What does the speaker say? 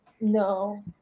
No